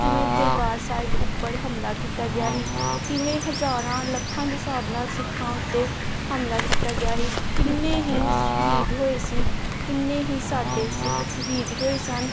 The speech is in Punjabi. ਕਿਵੇਂ ਦਰਬਾਰ ਸਾਹਿਬ ਉੱਪਰ ਹਮਲਾ ਕੀਤਾ ਗਿਆ ਸੀ ਕਿਵੇਂ ਹਜ਼ਾਰਾਂ ਲੱਖਾਂ ਦੇ ਹਿਸਾਬ ਨਾਲ ਸਿੱਖਾਂ ਉੱਤੇ ਹਮਲਾ ਕੀਤਾ ਗਿਆ ਸੀ ਕਿੰਨੇ ਹੀ ਸ਼ਹੀਦ ਹੋਏ ਸੀ ਕਿੰਨੇ ਹੀ ਸਾਡੇ ਸਿੱਖ ਸ਼ਹੀਦ ਹੋਏ ਸਨ